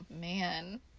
man